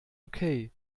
okay